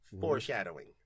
Foreshadowing